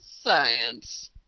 science